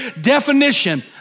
definition